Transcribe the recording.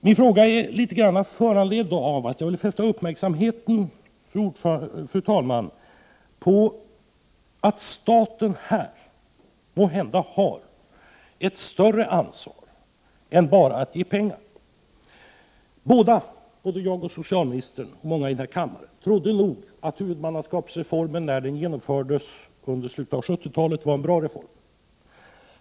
Min fråga föranleddes också av att jag ville fästa uppmärksamheten på att staten här måhända har ett större ansvar än att bara ge pengar. Såväl socialministern som jag och många här i kammaren trodde nog att huvudmannaskapsreformen när den genomfördes under slutet av 70-talet var en bra reform.